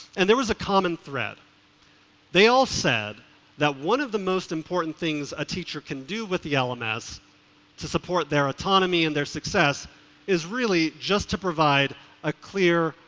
and there was a common thread they all said that one of the most important things a teacher can do with the ah and lms to support their autonomy and their success is really just to provide a clear,